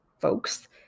folks